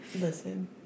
Listen